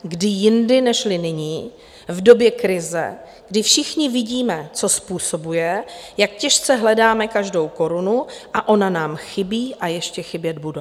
Kdy jindy nežli nyní v době krize, kdy všichni vidíme, co způsobuje, jak těžce hledáme každou korunu, a ona nám chybí a ještě chybět bude?